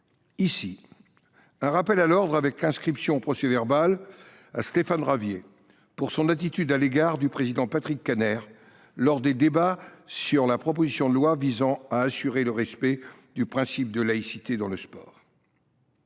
ici un rappel à l’ordre avec inscription au procès verbal à Stéphane Ravier pour son attitude à l’égard du président Patrick Kanner lors des débats sur la proposition de loi visant à assurer le respect du principe de laïcité dans le sport.